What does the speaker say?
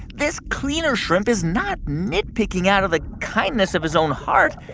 this cleaner shrimp is not nitpicking out of the kindness of his own heart.